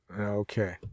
Okay